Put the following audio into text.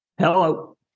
Hello